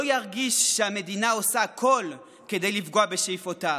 לא ירגיש שהמדינה עושה הכול כדי לפגוע בשאיפותיו.